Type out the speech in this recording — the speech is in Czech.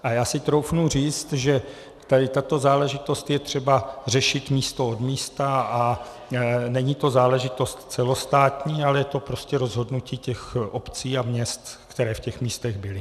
A já si troufnu říct, že tuto záležitost je třeba řešit místo od místa a není to záležitost celostátní, ale je to prostě rozhodnutí těch obcí a měst, které v těch místech byly.